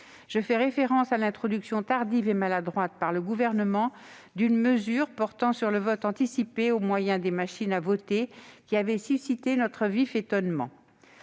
Je fais référence à l'introduction tardive et maladroite par le Gouvernement d'une mesure portant sur le vote anticipé au moyen des machines à voter, introduction qui avait suscité notre vif étonnement.